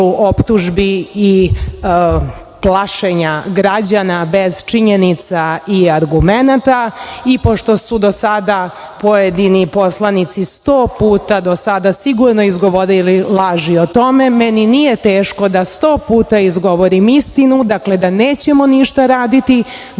i plašenja građana bez činjenica i argumenata i pošto su do sada pojedini poslanici sto puta do sada sigurno izgovorili laži o tome, meni nije teško da sto puta izgovorim istinu, dakle, da nećemo ništa raditi